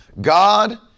God